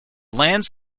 lands